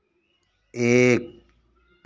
एक